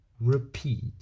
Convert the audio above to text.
repeat